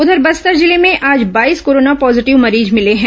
उधर बस्तर जिले में आज बाईस कोरोना पॉजिटिव मरीज मिले हैं